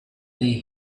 day